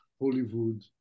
Hollywood